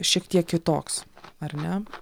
šiek tiek kitoks ar ne